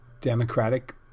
Democratic